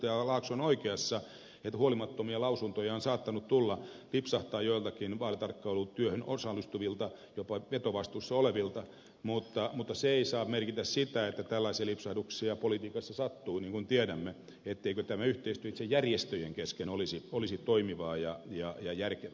laakso on oikeassa että huolimattomia lausuntoja on saattanut tulla lipsahtaa joiltakin vaalitarkkailutyöhön osallistuvilta jopa vetovastuussa olevilta mutta se ei saa merkitä sitä että kun tällaisia lipsahduksia politiikassa sattuu niin kuin tiedämme etteikö tämä yhteistyö itse järjestöjen kesken olisi toimivaa ja järkevää